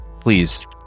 please